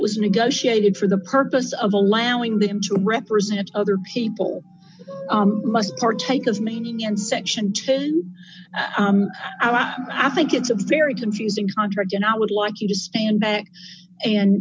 was negotiated for the purpose of allowing them to represent other people must partake of meaning and section two i think it's a very confusing contract and i would like you to stand back and